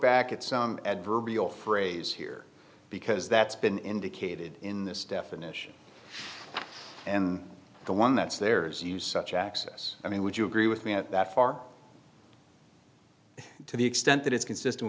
back at some adverbial phrase here because that's been indicated in this definition and the one that's there is you such access i mean would you agree with me at that far to the extent that it's consistent